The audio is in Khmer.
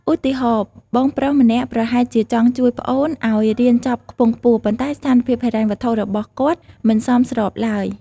ឧទាហរណ៍ បងប្រុសម្នាក់ប្រហែលជាចង់ជួយប្អូនឱ្យរៀនចប់ខ្ពង់ខ្ពស់ ប៉ុន្តែស្ថានភាពហិរញ្ញវត្ថុរបស់គាត់មិនសមស្របឡើយ។